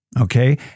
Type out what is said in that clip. okay